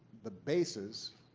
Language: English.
the bases,